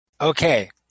Okay